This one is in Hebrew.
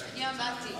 אני עמדתי.